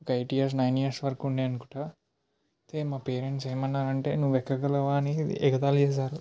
ఒక eight years nine years వరుకు ఉండే అనుకుంటా అయితే మా పేరెంట్స్ ఏమన్నారంటే నువ్వు ఎక్కగలవా అని ఎగతాళి చేశారు